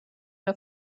der